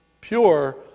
pure